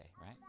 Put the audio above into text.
right